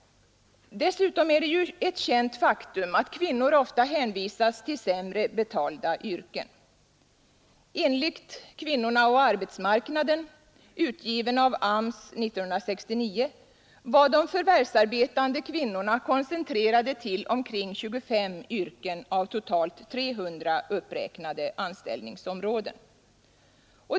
Dessutom är det ett känt faktum att kvinnor ofta hänvisas till sämre betalda yrken. Enligt ”Kvinnorna och arbetsmarknaden”, utgiven av AMS 1969, var de förvärvsarbetande kvinnorna koncentrerade till omkring 25 yrken av totalt 300 uppräknade anställningsområden.